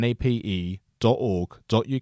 nape.org.uk